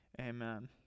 Amen